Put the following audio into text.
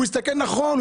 הוא הסתכל נכון,